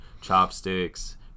Chopsticks